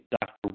Dr